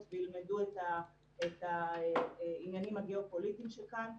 וילמדו את העניינים הגיאופוליטיים שכאן.